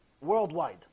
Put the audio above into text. worldwide